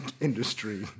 industry